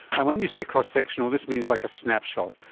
and when you say cross-sectional, this means like a snapshot.